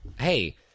hey